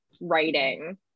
writing